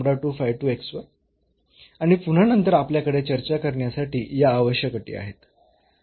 आणि पुन्हा नंतर आपल्याकडे चर्चा करण्यासाठी या आवश्यक अटी आहेत